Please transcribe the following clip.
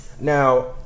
Now